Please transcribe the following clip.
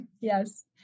Yes